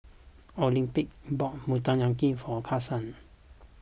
Olympia bought Motoyaki for Carson